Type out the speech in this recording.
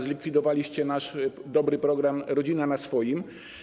Zlikwidowaliście nasz dobry program „Rodzina na swoim”